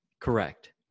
Correct